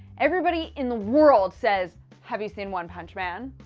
everybody in the world says have you seen one punch man?